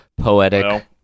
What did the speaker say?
poetic